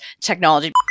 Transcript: technology